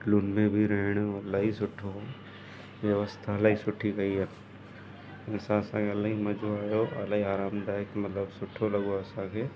होटलुनि में बि रहण इलाही सठो हुओ व्यवस्था इलाही सुठी कई आहे हिन सां असांखे इलाही मज़ो आहियो अलाई आरामदायक मतिलबु सुठो लॻो असांखे